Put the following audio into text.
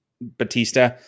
Batista